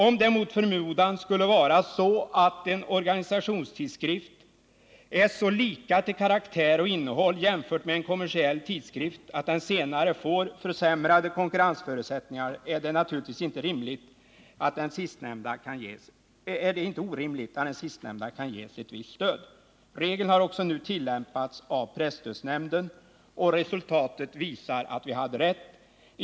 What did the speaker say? Om det mot förmodan skulle vara så att en organisationstidskrift är så lika till karaktär och innehåll jämfört med en kommersiell tidskrift att den senare får försämrade konkurrensförutsättningar, är det naturligtvis inte orimligt att den sistnämnda kan ges ett visst stöd. Regeln har också nu tillämpats av presstödsnämnden, och resultatet visar att vi hade rätt.